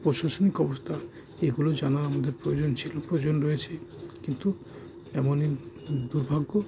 প্রশাসনিক অবস্থা এগুলো জানার আমাদের প্রয়োজন ছিল প্রয়োজন রয়েছে কিন্তু এমন দুর্ভাগ্য